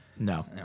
No